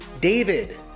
David